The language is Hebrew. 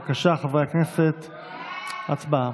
בבקשה, חברי הכנסת, הצבעה.